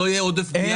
לא יהיה עודף גבייה?